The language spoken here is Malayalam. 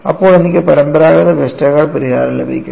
അപ്പോൾ എനിക്ക് പരമ്പരാഗത വെസ്റ്റർഗാർഡ് പരിഹാരം ലഭിക്കും